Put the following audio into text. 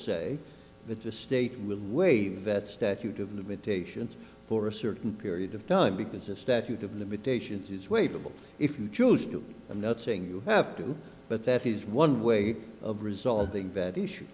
say that the state will waive that statute of limitations for a certain period of time because the statute of limitations is wait a little if you choose to and not saying you have to but that is one way of resolving that issue